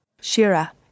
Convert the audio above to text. Shira